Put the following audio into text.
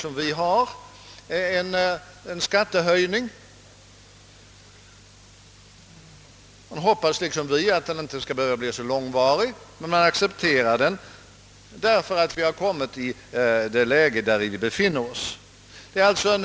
Inom högerpartiet hoppas man liksom vi, att det ökade skattetrycket inte skall behöva bestå så länge, men man accepterar som sagt en skattehöjning i nuvarande läge.